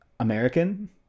American